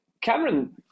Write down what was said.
Cameron